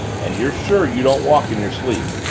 and you're sure you don't walk in your sleep?